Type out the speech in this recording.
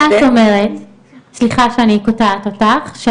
סליחה שאני קוטעת אותך,